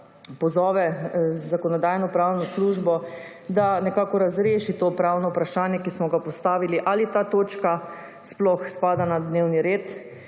pozove Zakonodajno-pravno službo, da razreši to pravno vprašanje, ki smo ga postavili – ali ta točka sploh spada na dnevni red.